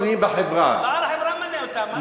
בעל החברה ממנה אותם.